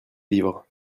livre